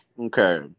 Okay